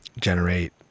generate